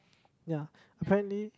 ya apparently